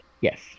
Yes